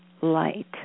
light